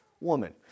woman